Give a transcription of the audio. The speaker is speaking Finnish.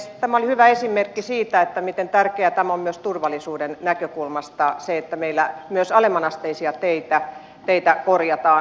tämä oli hyvä esimerkki siitä miten tärkeää on myös turvallisuuden näkökulmasta se että meillä myös alemmanasteisia teitä korjataan